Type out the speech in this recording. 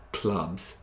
clubs